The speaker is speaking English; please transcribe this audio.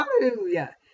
Hallelujah